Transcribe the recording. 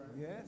Yes